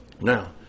Now